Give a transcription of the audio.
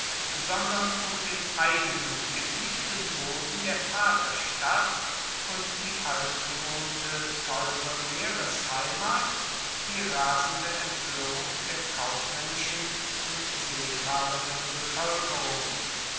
sondern um den eigenen geliebten boden der vaterstadt und die altgewohnte teure meeresheimat die rasende empörung der kaufmännischen und seefahrenden bevölkerung